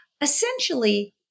essentially